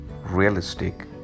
realistic